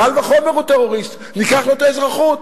קל וחומר הוא טרוריסט, ניקח לו את האזרחות.